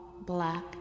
black